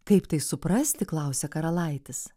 kaip tai suprasti klausia karalaitis